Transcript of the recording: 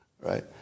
right